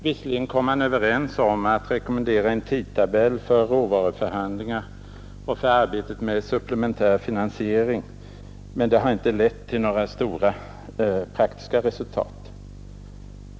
Visserligen kom man överens om att rekommendera en tidtabell för råvaruförhandlingar och för arbetet med supplementär finansiering, men det har inte lett till några stora, praktiska resultat.